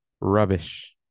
rubbish